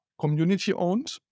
community-owned